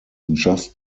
just